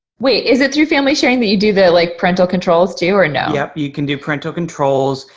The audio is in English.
wait, is it through family sharing that you do the like parental controls too or no? yep you can do parental controls.